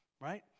Right